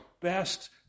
best